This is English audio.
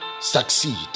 succeed